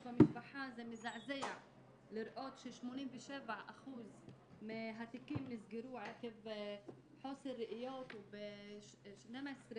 במשפחה זה מזעזע לראות ש-87% מהתיקים נסגרו עקב חוסר ראיות ו-12%